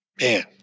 Man